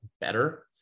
better